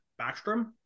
Backstrom